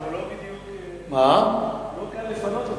חשבתי שאתה, לא קל לפנות אותו.